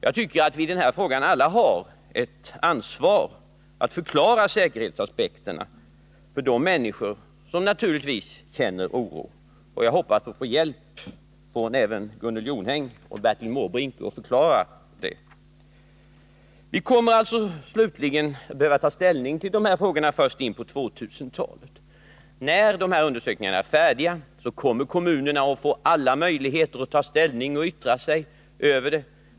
Jag tycker att vi alla har ett ansvar när det gäller att klargöra säkerhetsaspekterna i den här frågan för de människor som naturligt nog känner oro, och jag hoppas att få hjälp med att förklara detta även från Gunnel Jonäng och Bertil Måbrink. Vi kommer att behöva ta slutgiltig ställning till de här frågorna först in på 2000-talet. När programrådets undersökningar är färdiga kommer kommunerna att få alla möjligheter att ta ställning till och yttra sig över dem.